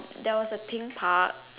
there was pink park